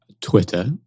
Twitter